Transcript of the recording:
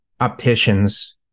opticians